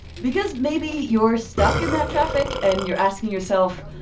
because maybe you're stuck in that traffic, and you're asking yourself,